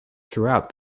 throughout